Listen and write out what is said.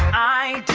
i